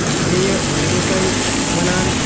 بیٚیہِ چھُو تۄہہِ وَنان